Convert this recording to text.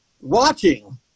watching